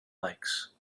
lakes